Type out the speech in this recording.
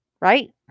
Right